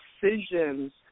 decisions